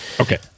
Okay